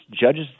judges